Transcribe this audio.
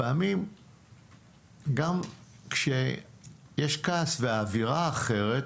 לפעמים גם כשיש כעס ואווירה אחרת,